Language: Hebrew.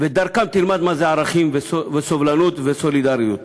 ודרכם תלמד מה זה ערכים וסובלנות וסולידריות.